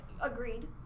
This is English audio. Agreed